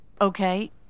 Okay